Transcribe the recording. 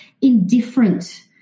indifferent